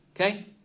Okay